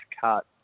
cut